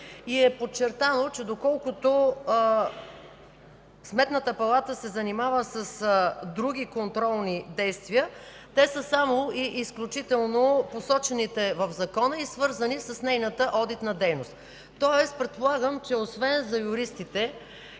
и е подчертано, че доколкото Сметната палата се занимава с други контролни действия, те са само изключително посочените в закона и свързани с нейната одитна дейност. Предполагам, че освен за юристите,